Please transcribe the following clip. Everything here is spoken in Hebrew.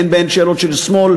אין בהם שאלות של שמאל,